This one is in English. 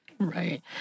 Right